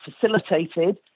facilitated